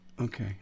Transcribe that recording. Okay